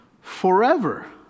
forever